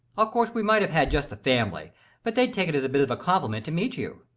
of course we might have had just the family but they'll take it as a bit of a compliment to meet you.